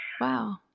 Wow